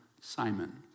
Simon